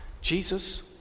Jesus